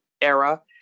era